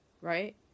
right